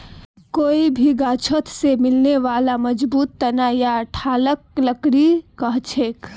कोई भी गाछोत से मिलने बाला मजबूत तना या ठालक लकड़ी कहछेक